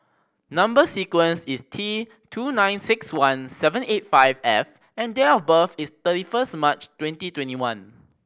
number sequence is T two nine six one seven eight five F and date of birth is thirty first March twenty twenty one